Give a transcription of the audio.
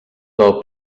del